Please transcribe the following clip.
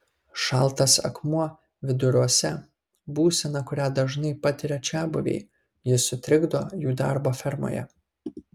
šaltas akmuo viduriuose būsena kurią dažnai patiria čiabuviai ji sutrikdo jų darbą fermoje